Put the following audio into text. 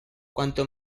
cuanto